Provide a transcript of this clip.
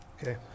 Okay